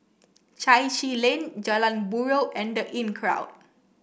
Chai Chee Lane Jalan Buroh and The Inncrowd